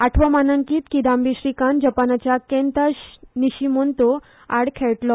आठवे मानांकीत किदांबी श्रीकांत जपानच्या केन्ता विझीमोतो आड खेळटली